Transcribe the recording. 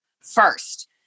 first